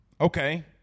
Okay